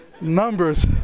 Numbers